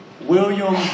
William